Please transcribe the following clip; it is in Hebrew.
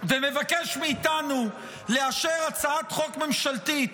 ומבקש מאיתנו לאשר הצעת חוק ממשלתית